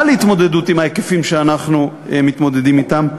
להתמודד עם ההיקפים שאנחנו מתמודדים אתם,